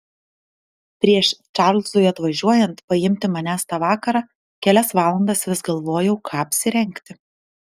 prieš čarlzui atvažiuojant paimti manęs tą vakarą kelias valandas vis galvojau ką apsirengti